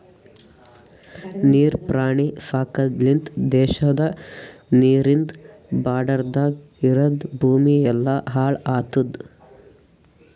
ನೀರ್ ಪ್ರಾಣಿ ಸಾಕದ್ ಲಿಂತ್ ದೇಶದ ನೀರಿಂದ್ ಬಾರ್ಡರದಾಗ್ ಇರದ್ ಭೂಮಿ ಎಲ್ಲಾ ಹಾಳ್ ಆತುದ್